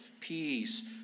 peace